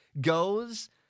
goes